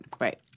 Right